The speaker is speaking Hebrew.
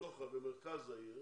במרכז העיר